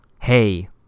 Hey